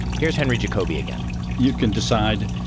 here's henry jacoby again you can decide,